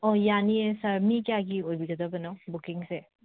ꯑꯣ ꯌꯥꯅꯤꯌꯦ ꯁꯔ ꯃꯤ ꯀꯌꯥꯒꯤ ꯑꯣꯏꯕꯤꯒꯗꯕꯅꯣ ꯕꯨꯀꯤꯡꯁꯦ